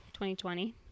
2020